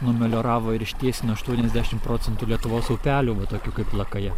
numelioravo ir ištiesino aštuoniasdešim procentų lietuvos upelių va tokių kaip lakaja